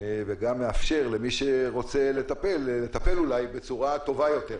וגם מאפשר למי שרוצה לטפל לטפל אולי בצורה טובה יותר,